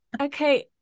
Okay